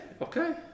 okay